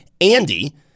Andy